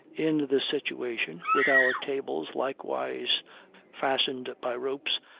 in this situation, with our tables likewise fastened by ropes,